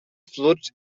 flux